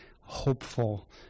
hopeful